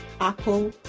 apple